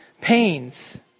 pains